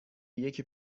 یکی